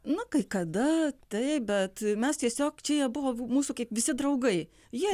nu kai kada taip bet mes tiesiog čia jie buvo mūsų kaip visi draugai jie